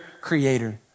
Creator